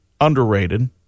underrated